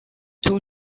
two